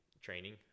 training